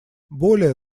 более